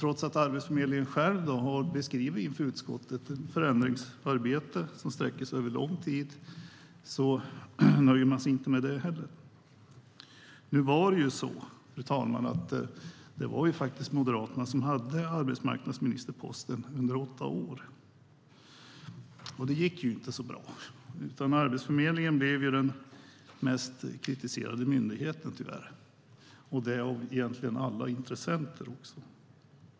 Trots att Arbetsförmedlingen själv har beskrivit för utskottet ett förändringsarbete som sträcker sig över lång tid nöjer man sig inte med det heller. Nu var det ju faktiskt så, fru talman, att det var Moderaterna som hade arbetsmarknadsministerposten under åtta år. Det gick inte så bra. Arbetsförmedlingen blev den mest kritiserade myndigheten, tyvärr, och det av alla intressenter.